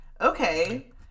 okay